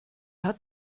hat